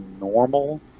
normal